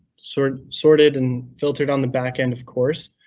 sort of sorted and filtered on the back end of course,